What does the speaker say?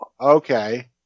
okay